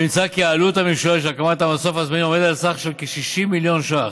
ונמצא כי העלות המשוערת של הקמת המסוף הזמני עומדת על כ-60 מיליון ש"ח,